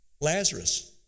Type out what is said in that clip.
Lazarus